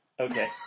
Okay